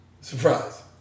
surprise